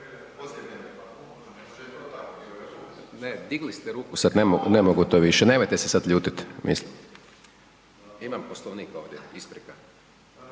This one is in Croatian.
Ne, digli ste ruku, sad ne mogu, ne mogu to više, nemojte se sad ljutit mislim. Imam Poslovnik ovdje, isprika.